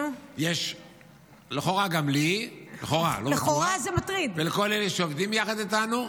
יש לכאורה גם לי ולכל אלה שעובדים יחד איתנו.